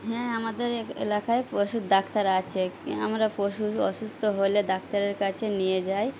হ্যাঁ আমাদের এলাকায় পশুর ডাক্তার আছে আমরা পশু অসুস্থ হলে ডাক্তারের কাছে নিয়ে যাই